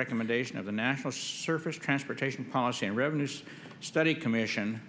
recommendation of the national surface transportation policy and revenues study commission